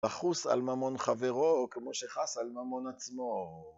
לחוס על ממון חברו כמו שחס על ממון עצמו.